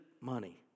money